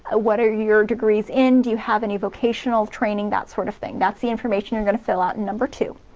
ah what are your degrees in, do you have any vocational training, that sort of thing that's the information you're gonna fill out in number two.